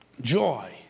Joy